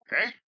okay